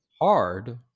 hard